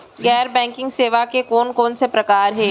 गैर बैंकिंग सेवा के कोन कोन से प्रकार हे?